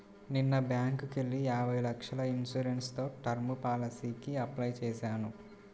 నిన్న బ్యేంకుకెళ్ళి యాభై లక్షల ఇన్సూరెన్స్ తో టర్మ్ పాలసీకి అప్లై చేశాను